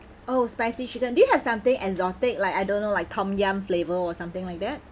oh spicy chicken do you have something exotic like I don't know like tom yum flavour or something like that